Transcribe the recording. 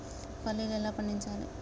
పల్లీలు ఎలా పండించాలి?